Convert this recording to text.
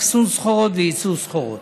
אחסון סחורות וייצוא סחורות.